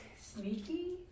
sneaky